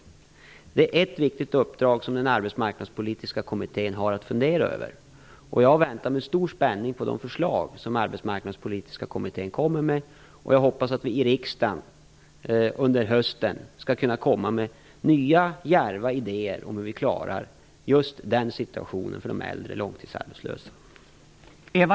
Detta är ett viktigt uppdrag som den arbetsmarknadspolitiska kommittén har att fundera över. Jag väntar med stor spänning på de förslag kommittén kommer med, och jag hoppas att vi i riksdagen under hösten skall kunna komma med nya, djärva idéer om hur vi klarar situationen för de äldre långtidsarbetslösa.